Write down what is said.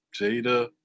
Jada